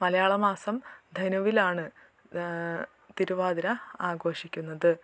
മലയാള മാസം ധനുവിലാണ് തിരുവാതിര ആഘോഷിക്കുന്നത്